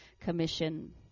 Commission